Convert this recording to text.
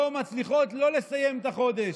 לא מצליחות לסיים את החודש,